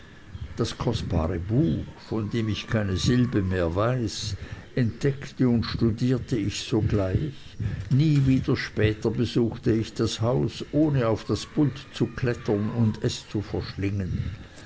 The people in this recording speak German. das kostbare buch von dem ich keine silbe mehr weiß entdeckte und studierte ich sogleich nie wieder später besuchte ich das haus ohne auf das pult zu klettern und es zu verschlingen